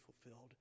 fulfilled